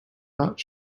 not